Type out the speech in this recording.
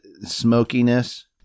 smokiness